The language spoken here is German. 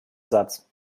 satz